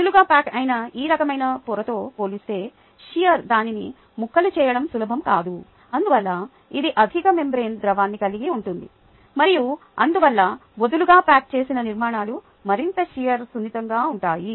వదులుగా ప్యాక్ అయిన ఈ రకమైన పొరతో పోలిస్తే షియర్ దానిని ముక్కలు చేయడం సులభం కాదు అందువల్ల ఇది అధిక మెంబ్రేన్ ద్రవాన్ని కలిగి ఉంటుంది మరియు అందువల్ల వదులుగా ప్యాక్ చేసిన నిర్మాణాలు మరింత షియర్ సున్నితంగా ఉంటాయి